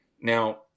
Now